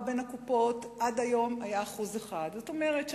שיעור המעבר בין הקופות עד היום היה 1%. זאת אומרת,